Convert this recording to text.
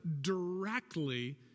directly